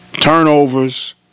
turnovers